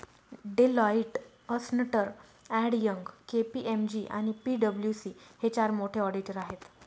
Deloitte, अस्न्टर and Young, KPMG आणि पी.डब्ल्यू.सी हे चार मोठे ऑडिटर आहेत